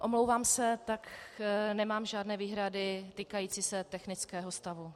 Omlouvám se, nemám žádné výhrady týkající se technického stavu.